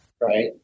right